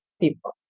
people